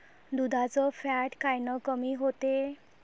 दुधाचं फॅट कायनं कमी होते?